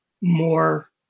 more